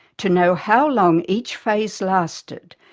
to know how long each phase lasted,